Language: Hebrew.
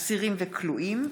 אסירים וכלואים),